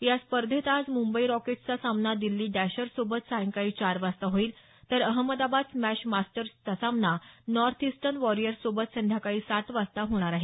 या स्पर्धेत आज मुंबई रॉकेट्सचा सामना दिल्ली डॅशर्स सोबत सायंकाळी चार वाजता होईल तर अहमदाबाद स्मॅश मास्टर्स चा सामना नॉर्थ इस्टर्न वॉरिअर्स सोबत सायंकाळी सात वाजता होणार आहे